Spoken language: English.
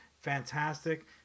fantastic